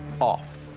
off